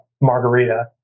margarita